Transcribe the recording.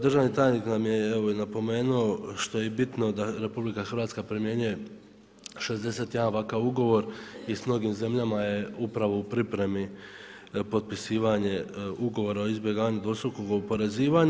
Državni tajnik nam je evo i napomenuo što je i bitno da RH primjenjuje 61 ovakav ugovor i s mnogim zemljama je upravo u pripremi potpisivanje ugovora o izbjegavanju dvostrukog oporezivanja.